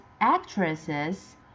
actresses